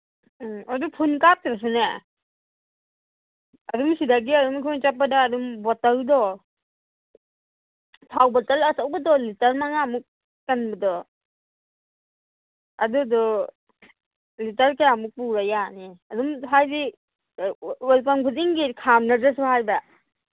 ꯎꯝ ꯑꯗꯨ ꯐꯨꯟ ꯀꯥꯞꯇ꯭ꯔꯁꯨꯅꯦ ꯑꯗꯨꯝ ꯁꯤꯗꯒꯤ ꯑꯗꯨꯝ ꯑꯩꯈꯣꯏ ꯆꯠꯄꯗ ꯑꯗꯨꯝ ꯕꯣꯇꯜꯗꯣ ꯊꯥꯎ ꯕꯣꯇꯜ ꯑꯆꯧꯕꯗꯣ ꯂꯤꯇꯔ ꯃꯉꯥꯃꯨꯛ ꯆꯟꯕꯗꯣ ꯑꯗꯨꯗꯣ ꯂꯤꯇꯔ ꯀꯌꯥꯃꯨꯛ ꯄꯨꯔ ꯌꯥꯅꯤ ꯑꯗꯨꯝ ꯍꯥꯏꯗꯤ ꯑꯣꯏꯜ ꯄꯝ ꯈꯨꯗꯤꯡꯒꯤ ꯈꯥꯝꯅꯗ꯭ꯔꯁꯨ ꯍꯥꯏꯕ